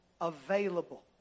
available